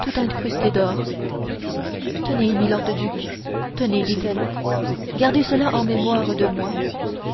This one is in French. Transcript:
tout incrusté d'or tenez milord duc tenez dit-elle gardez cela en mémoire de moi